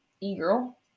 E-girl